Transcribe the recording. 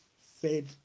fed